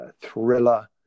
thriller